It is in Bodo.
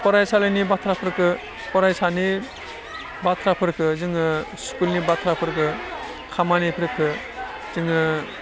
फरायसालिनि बाथ्राफोरखौ फरायसानि बाथ्राफोरखौ जोङो स्कुलनि बाथ्राफोरखौ खामानिफोरखौ जोङो